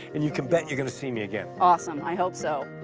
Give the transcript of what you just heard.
and you can bet you're going to see me again. awesome. i hope so.